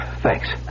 Thanks